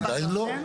לא, עדיין לא.